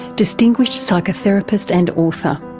distinguished psychotherapist and author.